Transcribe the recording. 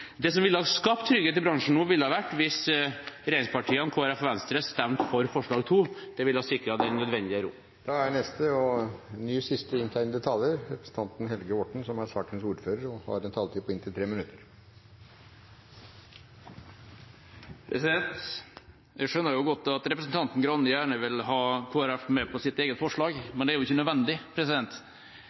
Det som ville ha skapt trygghet i bransjen nå, var at regjeringspartiene, Kristelig Folkeparti og Venstre hadde stemt for forslag nr. 2. Det ville sikret den nødvendige ro. Jeg skjønner godt at representanten Grande gjerne vil ha Kristelig Folkeparti med på sitt eget forslag, men det er ikke nødvendig.